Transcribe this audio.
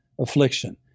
affliction